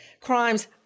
crimes